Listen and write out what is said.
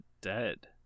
Dead